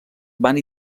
van